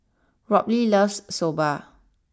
Robley loves Soba